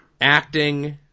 Acting